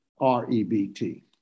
REBT